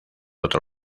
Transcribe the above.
otro